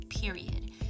period